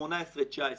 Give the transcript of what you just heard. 18'-19'.